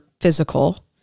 physical